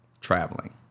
traveling